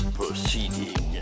proceeding